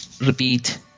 Repeat